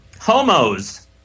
Homos